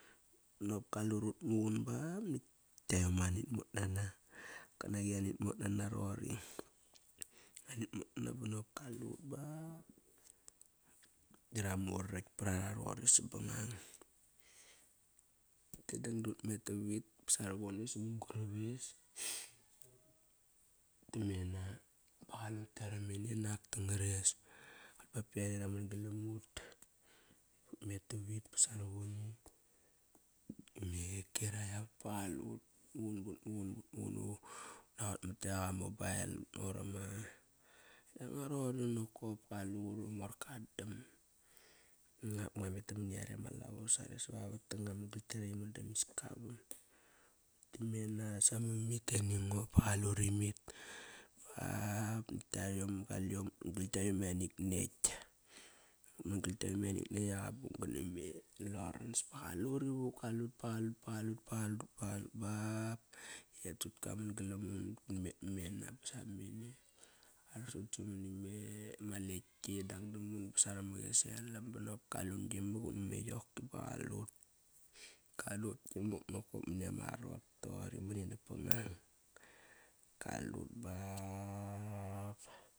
Nop kalut ut muqun ba nakt tem anit mot nana. Kani anit mot nana roqori. Anint mot nana banop kaliut ba da ra murakt par roqori sabngang. Dangdang dut met tavit ba sarovone sa mun-gurap ais ame na ba qalut ba qalut tare mene nak dangares. Ba ba yare ra man galam ut. Ut met tavit ba sarovone me kirai avat ba qalut ut muqun but muqun, ut muqun ut naqot mat kiak a mobile. Ut naqor ama yanga roqori nokop kaiut uri morka dam. Nop ngua met namani yare ma lavo sare savavot da ngua man bakt tiare imone dama iska avam. Ut met mam mena sam mimit e ningo ba qalur imit. Ba nakt tiayom galiom. Ut man bat tiayom anit nekt. Utman kal tiayom anit nekt e qabung. Kana me Lowrence ba qaluri vuk. Ba qalut, ba qalut, ba qalut, ba qalut ba qalut ba e Jut kaman kalam ngo. Un met mena sam mamene. Arsun samani me, ma leki. Dang dam un ba saramak e selam ba nop kalun gi mak una me yoki ba qalut. Kaliut ki mak nakop mani ama arot toqori mani nap pangang kaliut ba.